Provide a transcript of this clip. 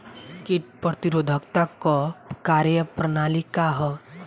कीट प्रतिरोधकता क कार्य प्रणाली का ह?